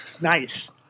Nice